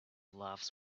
laughs